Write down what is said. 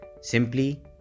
Simply